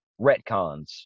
retcons